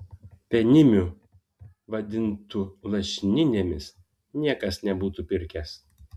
penimių vadintų lašininėmis niekas nebūtų pirkęs